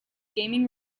gaming